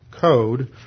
code